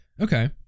Okay